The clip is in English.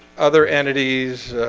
other entities